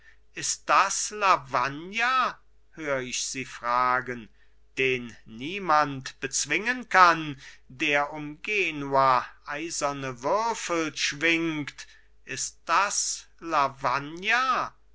ist das lavagna hör ich sie fragen den niemand bezwingen kann der um genua eiserne würfel schwingt ist das lavagna